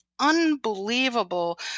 unbelievable